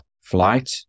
flight